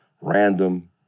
random